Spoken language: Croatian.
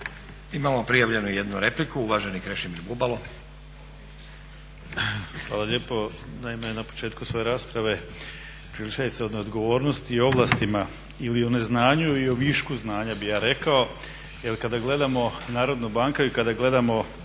Imamo prijavljenu jednu repliku, uvaženi Krešimir Bubalo. **Bubalo, Krešimir (HDSSB)** Hvala lijepo. Naime, na početku svoje rasprave …/Govornik se ne razumije./… odgovornosti i ovlastima ili o neznanju i o višku znanja bih ja rekao. Jer kada gledamo Narodnu banku i kada gledamo